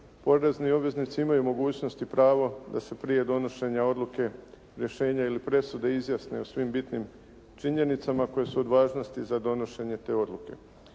Porezni obveznici imaju mogućnost i pravo da se prije donošenja odluke rješenja ili presude izjasne o svim bitnim činjenicama koje su od važnosti za donošenje te odluke.